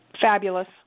Fabulous